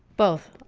both.